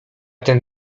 ten